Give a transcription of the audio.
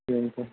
बेनथ'